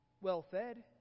well-fed